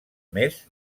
més